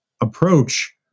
approach